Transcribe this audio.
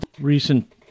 recent